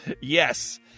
Yes